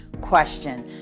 question